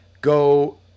Go